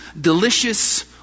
delicious